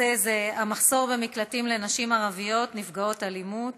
הנושא הוא: המחסור במקלטים לנשים ערביות נפגעות אלימות.